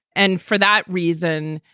and for that reason,